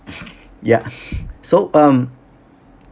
ya so um